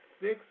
six